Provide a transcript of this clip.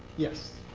yes.